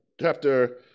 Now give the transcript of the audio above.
chapter